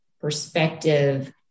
perspective